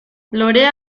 lorea